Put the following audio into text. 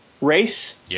race